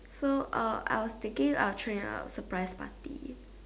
so uh I was thinking of throwing her a surprise party